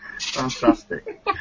Fantastic